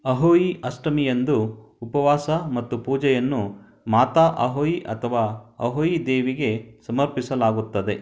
ಅಹೋಯಿ ಅಷ್ಟಮಿಯಂದು ಉಪವಾಸ ಮತ್ತು ಪೂಜೆಯನ್ನು ಮಾತಾ ಅಹೋಯಿ ಅಥವಾ ಅಹೋಯಿ ದೇವಿಗೆ ಸಮರ್ಪಿಸಲಾಗುತ್ತದೆ